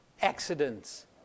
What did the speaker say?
accidents